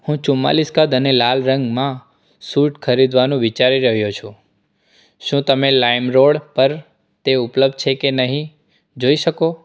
હું ચુમ્માળીસ કદ અને લાલ રંગમાં સુટ ખરીદવાનું વિચારી રહ્યો છું શું તમે લાઈમરોડ પર તે ઉપલબ્ધ છે કે નહીં જોઈ શકો